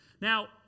Now